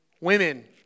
women